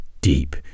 deep